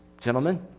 gentlemen